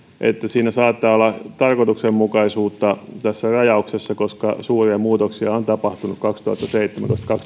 että siinä rajauksessa saattaa olla tarkoituksenmukaisuutta koska suuria muutoksia on tapahtunut kaksituhattaseitsemäntoista